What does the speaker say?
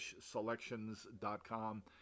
selections.com